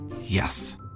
Yes